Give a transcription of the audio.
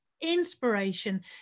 inspiration